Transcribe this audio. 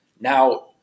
Now